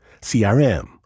CRM